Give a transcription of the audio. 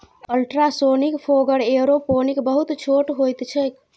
ultrasonic fogger aeroponic बहुत छोट होइत छैक